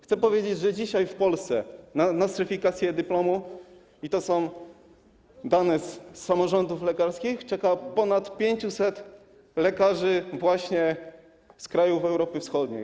Chcę powiedzieć, że dzisiaj w Polsce na nostryfikację dyplomu, i to są dane z samorządów lekarskich, czeka ponad 500 lekarzy właśnie z krajów Europy Wschodniej.